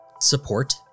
support